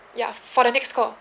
ya for the next call